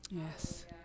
yes